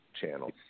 channels